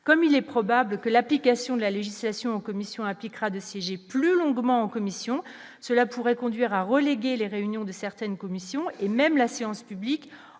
comme il est probable que l'application de la législation commission appliquera de siéger plus longuement aux commissions, cela pourrait conduire à reléguer les réunions de certaines commissions et même la séance publique